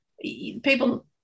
people